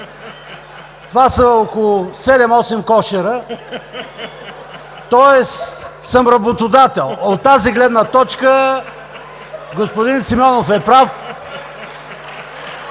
Това са около 7-8 кошера, тоест съм работодател. (Смях.) От тази гледна точка господин Симеонов е прав.